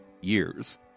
years